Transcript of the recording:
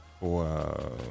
Wow